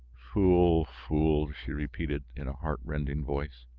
fool! fool! she repeated, in a heart-rending voice.